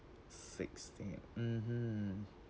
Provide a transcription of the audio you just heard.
sixteen mmhmm